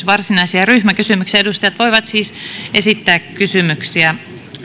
varsinaisia ryhmäkysymyksiä edustajat voivat siis esittää kysymyksiä